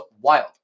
wild